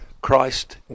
Christ